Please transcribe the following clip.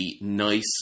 nice